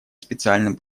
специальным